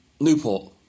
Newport